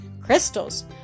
crystals